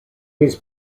his